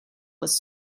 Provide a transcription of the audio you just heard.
was